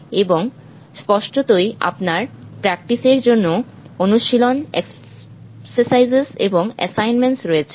এবং স্পষ্টতই আপনার প্র্যাক্টিস এর জন্য অনুশীলন এবং অ্যাসাইনমেন্টস রয়েছে